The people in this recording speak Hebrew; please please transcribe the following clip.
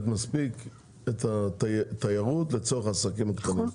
מספיק את התיירות לצורך העסקים הקטנים.